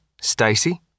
Stacy